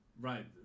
right